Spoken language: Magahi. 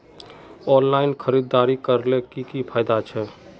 ऑनलाइन खरीदारी करले की की फायदा छे?